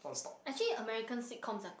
actually American sitcoms are